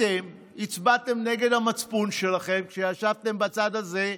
אתם הצבעתם נגד המצפון שלכם כשישבתם בצד הזה,